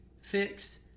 fixed